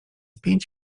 pięć